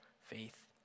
faith